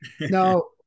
No